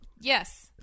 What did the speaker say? Yes